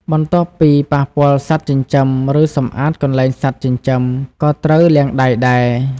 បន្ទាប់ពី ប៉ះពាល់សត្វចិញ្ចឹម ឬសំអាតកន្លែងសត្វចិញ្ចឹម ក៏ត្រូវលាងដៃដែរ។